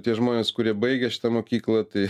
tie žmonės kurie baigė šitą mokyklą tai